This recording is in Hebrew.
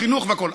חינוך והכול,